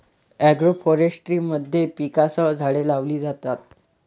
agroforestry मध्ये पिकांसह झाडे लावली जातात